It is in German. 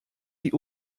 die